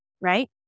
right